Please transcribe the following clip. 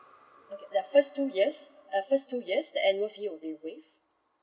okay that first two years at first two year the annual fee will be waived